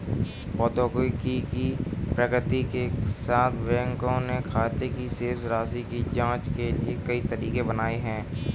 प्रौद्योगिकी की प्रगति के साथ, बैंकों ने खाते की शेष राशि की जांच के लिए कई तरीके बनाए है